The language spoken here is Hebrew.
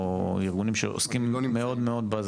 או ארגונים שעוסקים מאוד מאוד בזה,